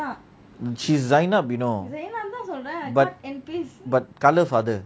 she's zaynab you know but but colour father